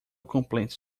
complaints